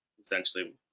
essentially